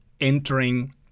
entering